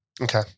Okay